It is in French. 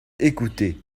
écoutez